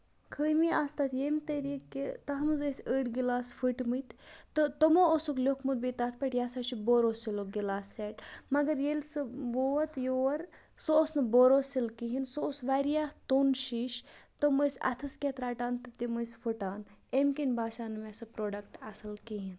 خٲمی آسہٕ تتھ ییٚمہِ طٔریٖقہٕ کہِ تَتھ منٛز ٲسۍ أڑۍ گِلاسہٕ پھٹمٕتۍ تہٕ تمو اوسُکھ لٮ۪کھمُت بیٚیہِ تَتھ پٮ۪ٹھ یہِ ہسا چھُ بوروسِلُک گِلاسہٕ سیٹ مَگر ییٚلہِ سُہ ووت یور سُہ اوس نہٕ بوروسِل کِہینۍ سُہ اوس واریاہ توٚن شیٖشہِ تِم ٲسۍ اَتھس کیٚتھ رَٹان تہٕ تِم ٲسۍ پھٹان أمۍ کِنۍ باسیو نہٕ مےٚ سُہ پروڈکٹ اَصٕل کِہینۍ